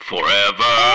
forever